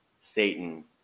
satan